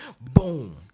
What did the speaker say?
boom